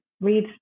read